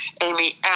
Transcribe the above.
Amy